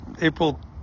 April